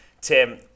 Tim